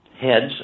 heads